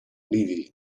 ливии